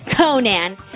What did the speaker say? Conan